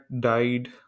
died